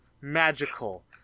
magical